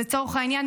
לצורך העניין,